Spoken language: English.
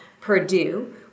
Purdue